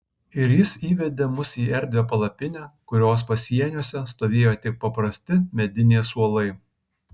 ir jis įvedė mus į erdvią palapinę kurios pasieniuose stovėjo tik paprasti mediniai suolai